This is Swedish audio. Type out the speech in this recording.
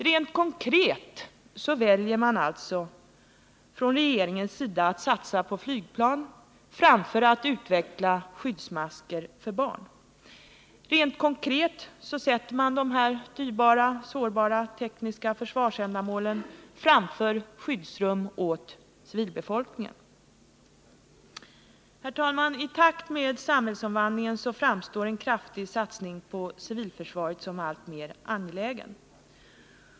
Rent konkret väljer regeringen att satsa på flygplan framför att utveckla skyddsmasker för barn. Rent konkret sätter man dessa dyrbara och sårbara försvarsändamål framför skyddsrum åt civilbefolkningen. Herr talman! I takt med samhällsomvandlingen framstår en kraftig satsning på civilförsvaret som alltmer angelägen.